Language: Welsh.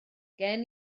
gen